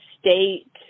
state